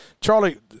Charlie –